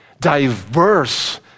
diverse